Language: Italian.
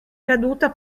caduta